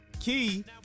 key